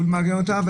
והוא מעגן אותה.